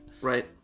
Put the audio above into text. Right